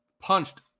punched